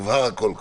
הובהר הכול כבר.